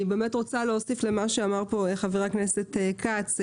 אני באמת רוצה להוסיף למה שאמר פה חבר הכנסת כץ,